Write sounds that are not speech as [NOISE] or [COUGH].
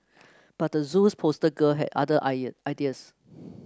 but the Zoo's poster girl had other [UNINTELLIGIBLE] ideas